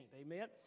Amen